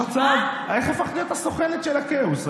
המצב, איך הפכת להיות הסוכנת של הכאוס?